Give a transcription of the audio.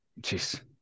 Jeez